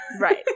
right